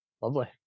Lovely